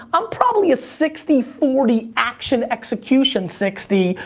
i'm probably a sixty forty, action execution sixty,